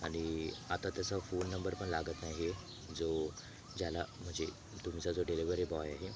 आणि आता त्याचा फोन नंबर पण लागत नाही आहे जो ज्याला म्हणजे तुमचा जो डिलिव्हरी बॉय आहे